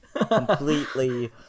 completely